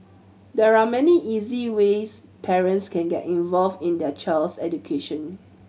there are many easy ways parents can get involved in their child's education